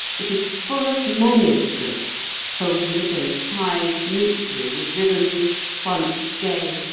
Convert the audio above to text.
it is full of manuscripts, folded and tied neatly with ribbons once gay,